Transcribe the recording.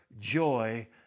joy